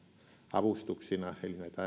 avustuksina